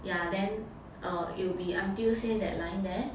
ya then err it'll be until say that line there